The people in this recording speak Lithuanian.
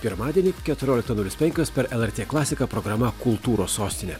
pirmadienį keturioliktą nulis penkios per lrt klasiką programa kultūros sostine